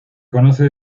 conoce